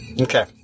Okay